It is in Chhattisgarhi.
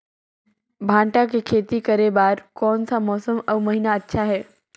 भांटा के खेती करे बार कोन सा मौसम अउ महीना अच्छा हे?